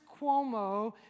Cuomo